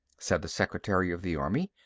said the secretary of the army.